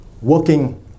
working